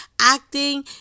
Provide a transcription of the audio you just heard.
acting